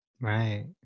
right